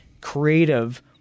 creative